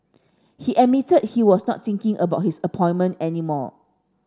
he admitted he was not thinking about his appointment any more